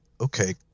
okay